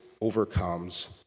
overcomes